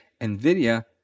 NVIDIA